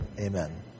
amen